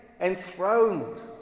enthroned